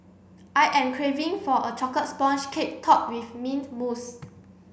I am craving for a chocolate sponge cake topped with mint mousse